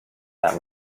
that